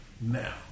Now